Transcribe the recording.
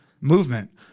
movement